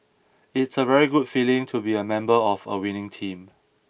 it's a very good feeling to be a member of a winning team